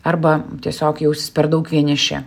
arba tiesiog jausis per daug vieniši